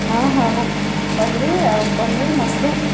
ହଁ ହଁ ମୋ ପନିର୍ ଆଉ ପନିର୍ ମସରୁମ୍